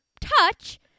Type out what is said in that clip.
touch